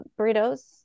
burritos